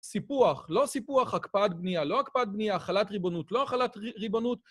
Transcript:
סיפוח, לא סיפוח, הקפאת בנייה, לא הקפאת בנייה, החלת ריבונות, לא החלת ריבונות.